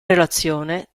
relazione